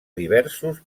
diversos